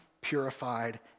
purified